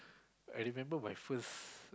I remember my first